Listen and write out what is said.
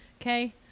okay